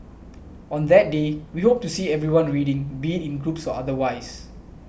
on that day we hope to see everyone reading be in groups otherwise